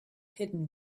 hidden